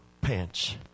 pants